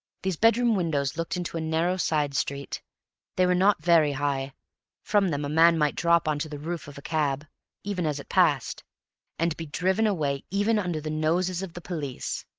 these bedroom windows looked into a narrow side-street they were not very high from them a man might drop on to the roof of a cab even as it passed and be driven away even under the noses of the police!